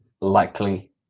likely